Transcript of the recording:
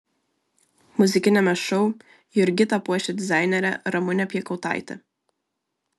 muzikiniame šou jurgitą puošia dizainerė ramunė piekautaitė